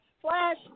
Flash